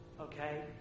Okay